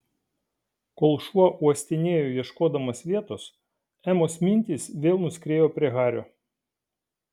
kol šuo uostinėjo ieškodamas vietos emos mintys vėl nuskriejo prie hario